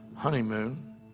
honeymoon